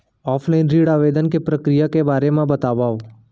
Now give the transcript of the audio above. Offline ऋण आवेदन के प्रक्रिया के बारे म बतावव?